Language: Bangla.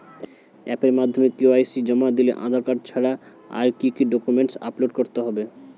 অ্যাপের মাধ্যমে কে.ওয়াই.সি জমা দিলে আধার কার্ড ছাড়া আর কি কি ডকুমেন্টস আপলোড করতে হবে?